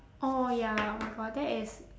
oh ya oh my god that is